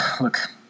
look